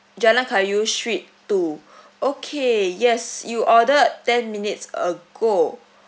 Jalan Kayu street two okay yes you ordered ten minutes ago